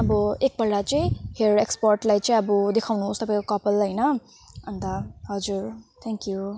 अब एक पल्ट चाहिँ हेयर एक्सपर्टलाई चाहिँ अब देखाउनु होस् तपाईँको कपाल होइन अन्त हजुर थ्याङ्क यु